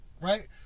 right